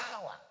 power